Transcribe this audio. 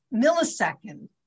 millisecond